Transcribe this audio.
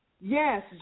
Yes